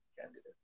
candidate